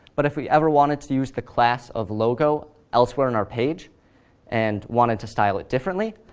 but if we ever wanted to use the class of logo elsewhere on our page and wanted to style it differently,